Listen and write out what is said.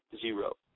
zero